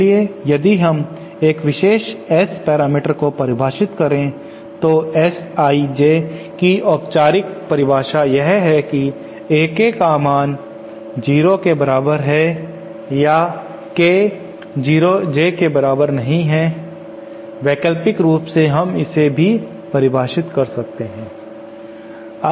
इसलिए यदि हम एक विशेष S पैरामीटर को परिभाषित करें तो S I J की औपचारिक परिभाषा यह है कि A K का मान 0 के बराबर है या K J के बराबर नहीं है वैकल्पिक रूप से हम इसे भी परिभाषित कर सकते हैं